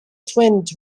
twinned